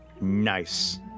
Nice